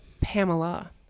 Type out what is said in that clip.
Pamela